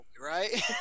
right